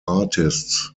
artists